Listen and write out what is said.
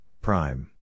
prime